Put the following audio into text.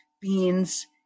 beans